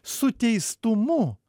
su teistumu